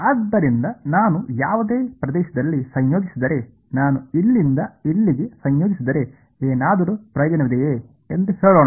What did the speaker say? ಆದ್ದರಿಂದ ನಾನು ಯಾವುದೇ ಪ್ರದೇಶದಲ್ಲಿ ಸಂಯೋಜಿಸಿದರೆ ನಾನು ಇಲ್ಲಿಂದ ಇಲ್ಲಿಗೆ ಸಂಯೋಜಿಸಿದರೆ ಏನಾದರೂ ಪ್ರಯೋಜನವಿದೆಯೇ ಎಂದು ಹೇಳೋಣ